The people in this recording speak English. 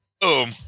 Boom